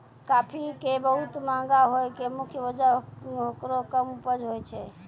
काफी के बहुत महंगा होय के मुख्य वजह हेकरो कम उपज होय छै